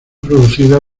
producida